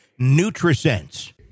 NutriSense